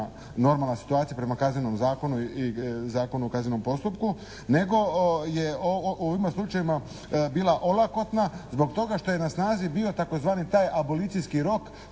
normalna situacija, prema Kaznenom zakonu i Zakonu o kaznenom postupku, nego je u ovim slučajevima bila olakotna zbog toga što je na snazi bio tzv. taj abolicijski rok